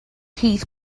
heath